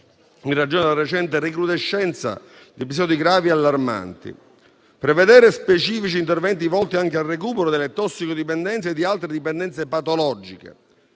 in ragione della recente recrudescenza di episodi gravi e allarmanti; prevedere specifici interventi volti anche al recupero delle tossicodipendenze e di altre dipendenze patologiche;